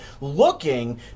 looking